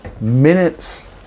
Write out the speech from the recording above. minutes